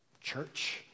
church